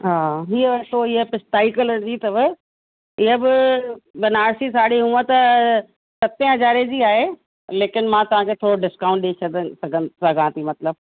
हा हीअ पोइ हीअ पिस्ताई कलर जी अथव इहा बि बनारसी साड़ी हूअं त सते हज़ार जी आहे लेकिन मां तव्हांखे थोरो डिस्काउंट ॾई सघं सघं सघां थी मतिलबु